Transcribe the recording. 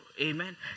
Amen